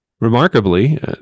Remarkably